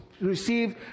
Receive